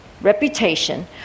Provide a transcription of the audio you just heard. reputation